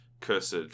Cursed